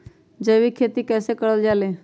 जैविक खेती कई से करल जाले?